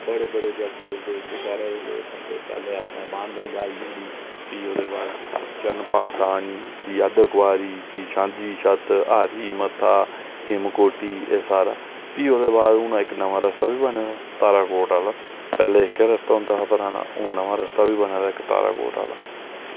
बड़े बड़े जात्तरू औंदे उत्थै बाह्रा दे पैह्लें अपने बाण गंगा आई जंदी फ्ही ओह्दे बाद चरण पादुका आनी भी अर्द्ध कुंवारी भी सांझीछत्त भी हाथी मत्था हिमकोटि एह् सारा भी ओह्दे बाद इक्क नमां रस्ता बी बने दा तारा कोट आह्ला पैह्लें एह्के रस्ते होंदा हा पराना हून एह्के रस्ते होई गेआ कालाकोट आह्ला